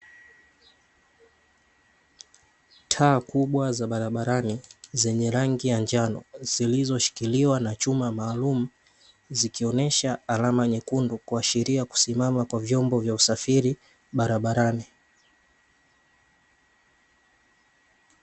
Taa kubwa za barabarani zenye rangi ya njano zilizoshikiliwa na chuma maalumu, zikionyesha alama nyekundu kuashiria kusimama kwa vyombo vya usafiri barabarani.